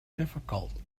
difficult